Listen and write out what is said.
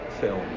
film